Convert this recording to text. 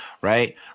right